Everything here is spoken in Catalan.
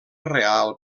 real